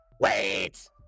Wait